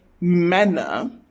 manner